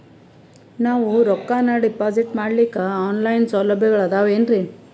ನಾವು ರೊಕ್ಕನಾ ಡಿಪಾಜಿಟ್ ಮಾಡ್ಲಿಕ್ಕ ಆನ್ ಲೈನ್ ಸೌಲಭ್ಯಗಳು ಆದಾವೇನ್ರಿ?